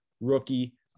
rookie